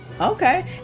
okay